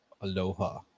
Aloha